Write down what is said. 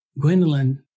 Gwendolyn